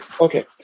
Okay